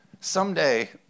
someday